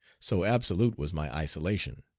so absolute was my isolation.